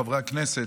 חברי הכנסת,